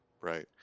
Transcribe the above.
right